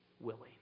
willing